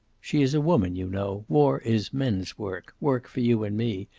she is a woman, you know. war is men's work, work for you and me.